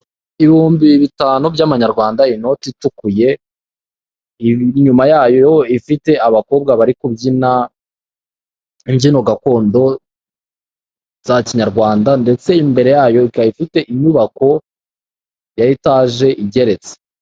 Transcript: Ibihumbi bitanu by'amanyarwanda, inoti i itukuye inyuma yayo ifite abakobwa bari kubyina imbyino gakondo, za kinyarwanda, ndetse imbere yayo ikaba ifite inyubako ya etaje igeretse.